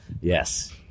yes